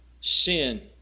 sin